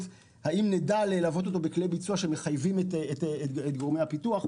והאם נדע ללוות אותו בכלי ביצוע שמחייבים את גורמי הפיתוח.